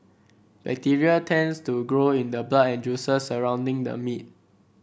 bacteria tends to grow in the blood and juices surrounding the meat